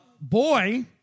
boy